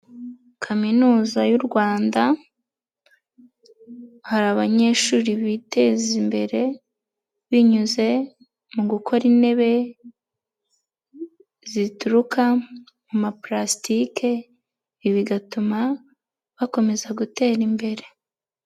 Kaminuza y'u Rwanda, hari abanyeshuri biteza imbere binyuze mu gukora intebe zituruka mu maparasitike, ibi bigatuma bakomeza gutera imbere.